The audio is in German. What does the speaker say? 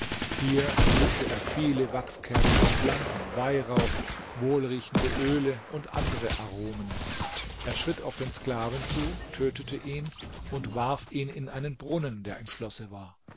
hier erblickte er viele wachskerzen und lampen weihrauch wohlriechende öle und andere aromen er schritt auf den sklaven zu tötete ihn und warf ihn in einen brunnen der im schlosse war